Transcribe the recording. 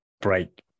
break